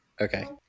okay